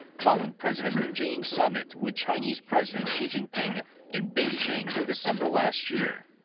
following president moon jae-in's summit with chinese president xi jinping in beijing in december last year.